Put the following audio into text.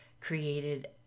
created